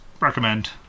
recommend